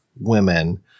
women